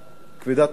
כבדת משקל,